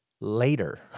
later